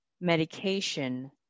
medication